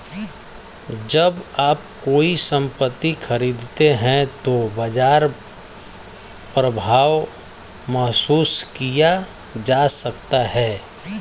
जब आप कोई संपत्ति खरीदते हैं तो बाजार प्रभाव महसूस किया जा सकता है